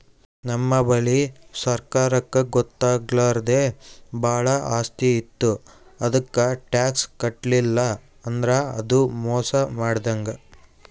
ನಮ್ ಬಲ್ಲಿ ಸರ್ಕಾರಕ್ಕ್ ಗೊತ್ತಾಗ್ಲಾರ್ದೆ ಭಾಳ್ ಆಸ್ತಿ ಇತ್ತು ಅದಕ್ಕ್ ಟ್ಯಾಕ್ಸ್ ಕಟ್ಟಲಿಲ್ಲ್ ಅಂದ್ರ ಅದು ಮೋಸ್ ಮಾಡಿದಂಗ್